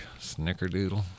snickerdoodle